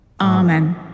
Amen